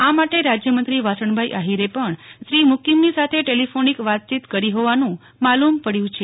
આ માટે રાજયમંત્રી વાણસભાઈ આહિરે પણ શ્રી મુકિમની સાથે ટેલીફોનીક વાતયીત કરી હોવાનુ માલુમ પડ્યુ છે